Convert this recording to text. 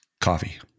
coffee